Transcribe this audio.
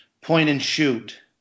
point-and-shoot